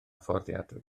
fforddiadwy